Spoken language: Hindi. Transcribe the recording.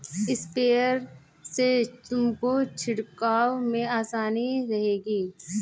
स्प्रेयर से तुमको छिड़काव में आसानी रहेगी